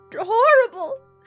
horrible